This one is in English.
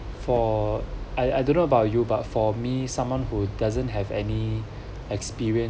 for I I don't know about you but for me someone who doesn't have any experience